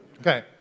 Okay